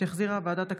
שהחזירה ועדת הכספים.